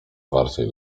zwarciej